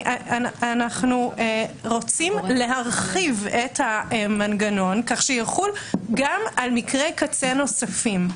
אנחנו רוצים להרחיב את המנגנון כך שיחול גם על מקרי קצה נוספים.